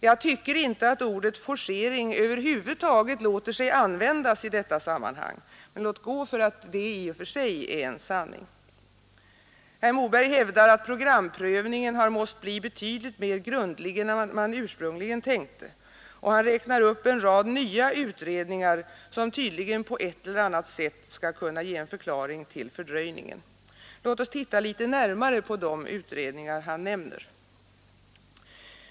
Jag tycker inte att ordet ”forcering” över huvud taget låter sig användas i detta sammanhang, men låt gå för att det i och för sig är en sanning. Herr Moberg hävdar att programprövningen har måst bli betydligt mer grundlig än man ursprungligen tänkte, och han räknar upp en rad nya utredningar, som tydligen på ett eller annat sätt skall kunna ge en förklaring till fördröjningen. Låt oss titta litet närmare på de utredningar han nämner.